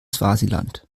swasiland